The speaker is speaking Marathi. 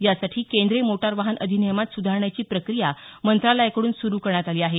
यासाठी केंद्रीय मोटार वाहन अधिनियमात सुधारणेची प्रक्रिया मंत्रालयाकड्रन सुरू करण्यात आली आहे